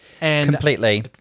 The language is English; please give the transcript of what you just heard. Completely